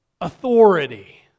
authority